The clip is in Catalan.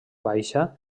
baixa